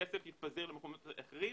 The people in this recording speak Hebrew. הכסף יתפזר למקומות אחרים.